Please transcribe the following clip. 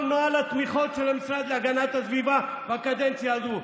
נוהל התמיכות של המשרד להגנת הסביבה בקדנציה הזו.